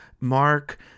Mark